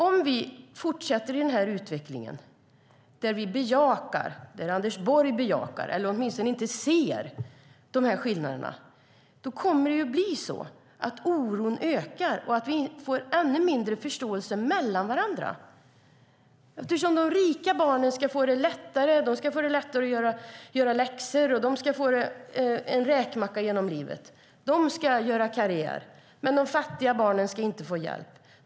Om vi fortsätter utvecklingen där Anders Borg bejakar, eller åtminstone inte ser, skillnaderna kommer oron att öka och vi kommer att få ännu mindre förståelse för varandra. De rika barnen ska få det lättare att göra läxor, glida omkring på en räkmacka genom livet och göra karriär, men de fattiga barnen ska inte få hjälp.